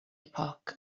epoch